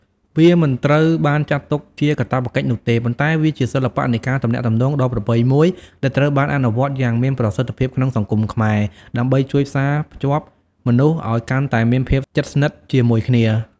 វាមិនត្រូវបានចាត់ទុកជាកាតព្វកិច្ចនោះទេ ប៉ុន្តែវាជាសិល្បៈនៃការទំនាក់ទំនងដ៏ប្រពៃមួយដែលត្រូវបានអនុវត្តយ៉ាងមានប្រសិទ្ធភាពក្នុងសង្គមខ្មែរ ដើម្បីជួយផ្សារភ្ជាប់មនុស្សឲ្យកាន់តែមានភាពជិតស្និទ្ធជាមួយគ្នា។